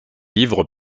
livres